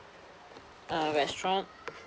uh restaurant